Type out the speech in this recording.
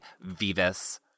Vivas